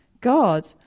God